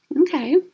okay